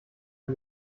ein